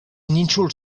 nínxols